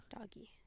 doggy